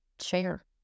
share